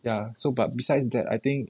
ya so but besides that I think